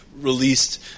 released